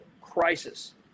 crisis